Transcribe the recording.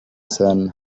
son